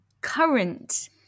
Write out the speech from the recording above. current